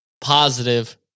positive